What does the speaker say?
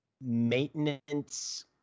maintenance